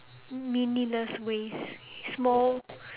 meaningless ways small